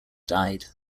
died